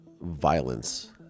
violence